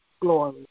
glory